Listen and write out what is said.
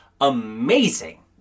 amazing